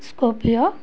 scorpio